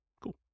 Cool